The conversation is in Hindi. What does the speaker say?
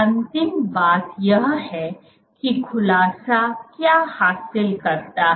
अंतिम बात यह है कि खुलासा क्या हासिल करता है